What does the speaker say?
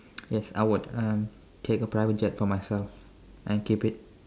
yes I would uh take a private jet for myself and keep it